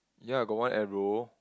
ya got one arrow